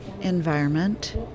environment